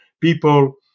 people